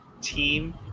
team